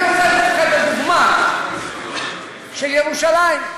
אני רוצה לתת לך את הדוגמה של ירושלים,